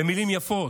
במילים יפות,